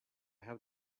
have